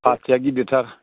पार्टिया गिदिरथार